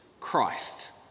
Christ